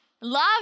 love